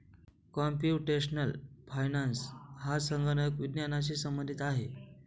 computational finance हा संगणक विज्ञानाशी संबंधित आहे